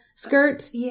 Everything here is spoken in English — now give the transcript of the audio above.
Skirt